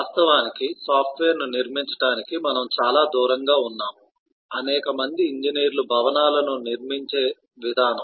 వాస్తవానికి సాఫ్ట్వేర్ను నిర్మించటానికి మనము చాలా దూరంగా ఉన్నాము అనేక మంది ఇంజనీర్లు భవనాలను నిర్మించే విధానం